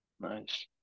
Nice